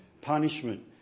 punishment